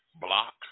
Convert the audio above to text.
block